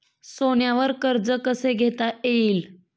सोन्यावर कर्ज कसे घेता येईल?